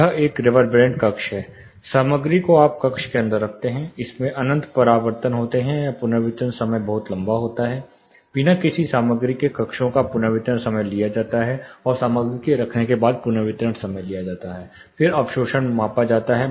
यह एक रेवरबैरेंट कक्ष है सामग्री को आप कक्ष के अंदर रखते हैं इसमें अनंत परावर्तन होते हैं या पुनर्वितरण का समय बहुत लंबा होता है बिना किसी सामग्री के कक्षों का पुनर्वितरण समय लिया जाता है और सामग्री के रखने के बाद पुनर्वितरण समय लिया जाता है फिर अवशोषण मापा जाता है